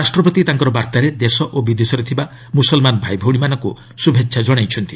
ରାଷ୍ଟ୍ରପତି ତାଙ୍କ ବାର୍ତ୍ତାରେ ଦେଶ ଓ ବିଦେଶରେ ଥିବା ମୁସଲ୍ମାନ ଭାଇଭଉଣୀମାନଙ୍କୁ ଶୁଭେଛା ଜଣାଇଛନ୍ତି